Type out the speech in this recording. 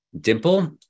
Dimple